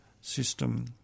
system